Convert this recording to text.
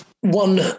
One